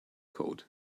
code